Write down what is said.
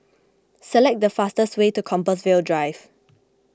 select the fastest way to Compassvale Drive